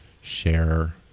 share